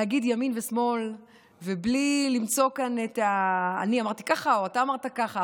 להגיד ימין ושמאל ובלי למצוא את מה שאני אמרתי ככה או אתה אמרת ככה,